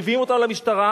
מביאים אותם למשטרה,